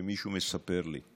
שמישהו מספר לי.